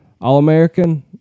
All-American